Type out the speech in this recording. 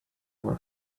were